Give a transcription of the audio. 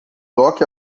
toque